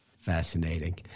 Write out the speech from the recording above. Fascinating